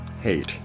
hate